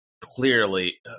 clearly